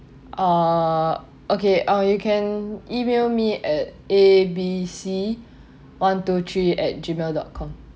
err okay or you can email me at A B C one two three at G_mail dot com